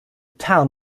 town